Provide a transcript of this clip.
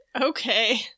Okay